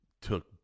took